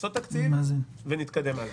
לעשות תקציב ונתקדם הלאה.